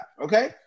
okay